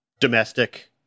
domestic